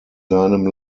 seinem